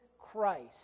Christ